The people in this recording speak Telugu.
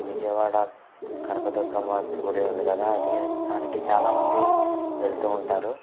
విజయవాడ కనకదుర్గమ్మ గుడి ఉంది కదా అది దానికి చాలామంది వెళ్తూ ఉంటారు